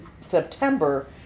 September